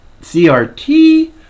crt